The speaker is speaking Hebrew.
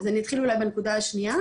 אז אני אתחיל בנקודה השנייה,